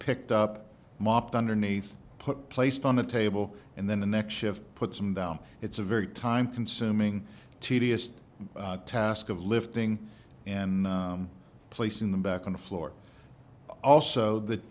picked up mopped underneath put placed on the table and then the next shift put them down it's a very time consuming tedious task of lifting and placing them back on the floor also that